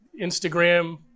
Instagram